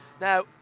Now